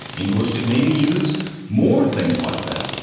english could maybe use more things like that.